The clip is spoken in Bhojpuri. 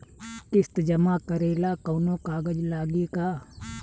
किस्त जमा करे ला कौनो कागज लागी का?